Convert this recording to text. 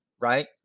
Right